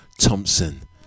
thompson